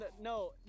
no